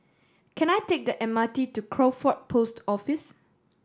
can I take the M R T to Crawford Post Office